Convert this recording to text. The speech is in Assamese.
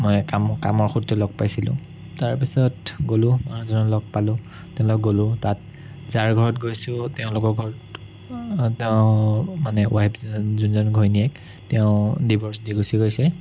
মই কাম কামৰ সূত্ৰে লগ পাইছিলোঁ তাৰপিছত গলোঁ মানুহজনক লগ পালোঁ তেওঁৰ লগত গলোঁ তাত যাৰ ঘৰত গৈছোঁ তেওঁলোকৰ ঘৰত তেওঁ মানে ৱাইফ যোনজন ঘৈণীয়েক তেওঁ ডিভৰ্ছ দি গুছি গৈছে